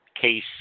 case